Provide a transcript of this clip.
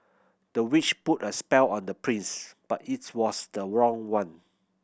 the witch put a spell on the prince but it's was the wrong one